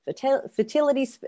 fertility